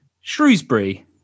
Shrewsbury